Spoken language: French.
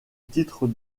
titre